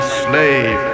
slave